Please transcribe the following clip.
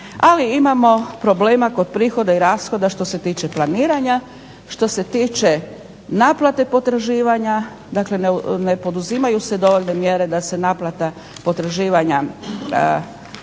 ali imamo problema kod prihoda i rashoda što se tiče planiranja, što se tiče naplate potraživanja. Dakle, ne poduzimaju se dovoljne mjere da se naplate potraživanja